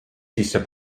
sisse